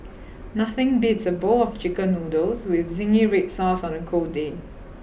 nothing beats a bowl of chicken noodles with zingy red sauce on a cold day